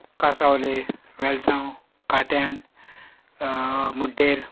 कासावले वेलसांव काट्यान मुड्डेर